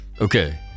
Okay